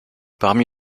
parmi